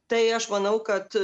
tai aš manau kad